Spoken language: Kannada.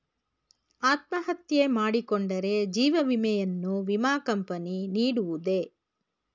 ಅತ್ಮಹತ್ಯೆ ಮಾಡಿಕೊಂಡರೆ ಜೀವ ವಿಮೆಯನ್ನು ವಿಮಾ ಕಂಪನಿ ನೀಡುವುದೇ?